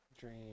Dream